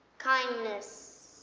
kindness.